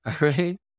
right